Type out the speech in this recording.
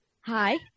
Hi